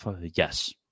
Yes